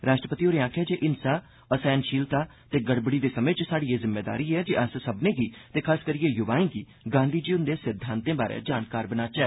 राष्ट्रपति होरें आखेआ जे हिंसा असैह्नशीलता ते गड़बड़ी दे समें च स्हाड़ी एह् जिम्मेदारी ऐ जे अस सब्मनें गी ते खासकरियै नौजवानें गी गांधी जी हुंदे सिद्धांतें बारै जानकार बनाचै